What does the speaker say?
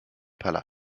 palast